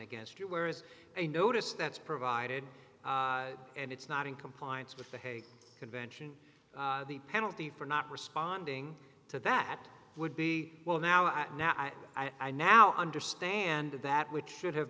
against you whereas a notice that's provided and it's not in compliance with the hague convention the penalty for not responding to that would be well now i now i now understand that which should have